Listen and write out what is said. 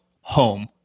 home